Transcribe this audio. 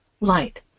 light